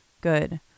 good